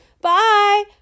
Bye